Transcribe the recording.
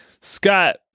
Scott